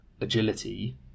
agility